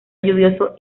lluvioso